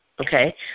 okay